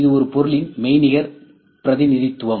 இது ஒரு பொருளின் மெய்நிகர் பிரதிநிதித்துவம்